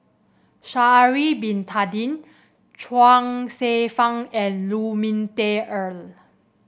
Sha'ari Bin Tadin Chuang Hsueh Fang and Lu Ming Teh Earl